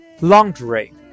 Laundry